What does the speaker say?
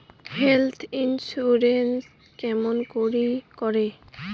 Health insurance কেমন করি করে?